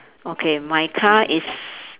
okay my car is